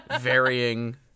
varying